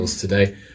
today